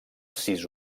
sis